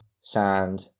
sand